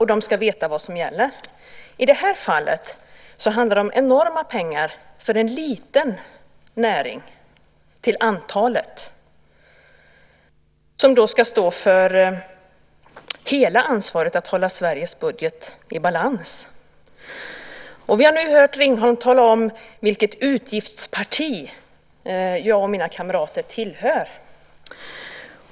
De ska veta vad som gäller. I det här fallet handlar det om enorma pengar för en till antalet liten näring. Den ska stå för hela ansvaret att hålla Sveriges budget i balans. Vi har nu hört Ringholm tala om vilket utgiftsparti jag och mina kamrater tillhör.